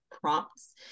prompts